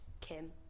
Kim